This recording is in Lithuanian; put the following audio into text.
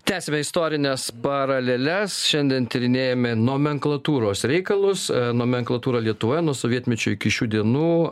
tęsiame istorines paraleles šiandien tyrinėjame nomenklatūros reikalus nomenklatūrą lietuvoje nuo sovietmečio iki šių dienų